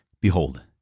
Behold